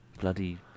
Bloody